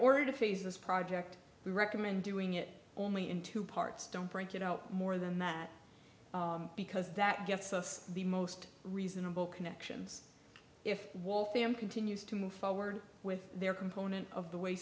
order to phase this project we recommend doing it only in two parts don't break it out more than that because that gets us the most reasonable connections if wal fam continues to move forward with their component of the way